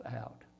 out